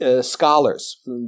scholars